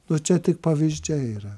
nu čia tik pavyzdžiai yra